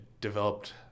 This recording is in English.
developed